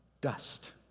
Dust